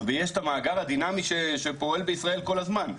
ויש את המאגר הדינמי שפועל בישראל כל הזמן.